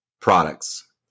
products